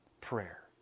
prayer